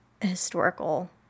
historical